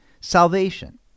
Salvation